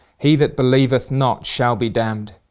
he that believeth not shall be damned.